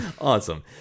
Awesome